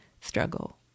struggle